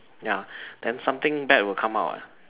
ya then something bad will come out [what]